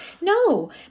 No